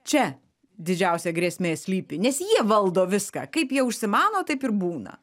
čia didžiausia grėsmė slypi nes jie valdo viską kaip jie užsimano taip ir būna